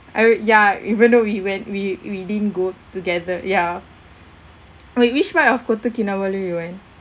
uh yeah even though we went we we didn't go together yeah wait which part of kota kinabalu you went